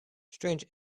strange